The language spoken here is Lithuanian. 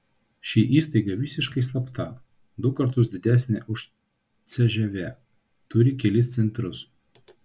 ši įstaiga visiškai slapta du kartus didesnė už cžv turi kelis centrus